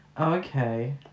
Okay